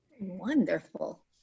Wonderful